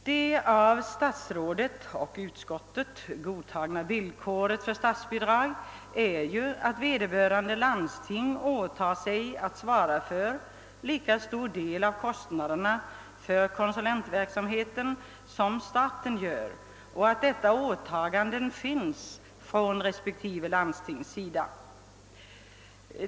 Det av statsrådet och utskottet godtagna villkoret för statsbidrag är ju att vederbörande landsting åtar sig att svara för lika stor del av kostnaderna för konsulentverksamheten som staten gör och att detta åtagande finns från respektive landstings sida.